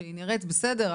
שהיא נראית בסדר,